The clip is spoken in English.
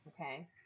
Okay